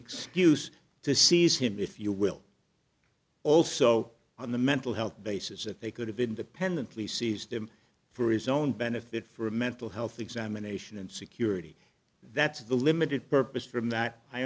excuse to seize him if you will also on the mental health basis if they could have independently seized him for his own benefit for mental health examination and security that's the limited purpose from that i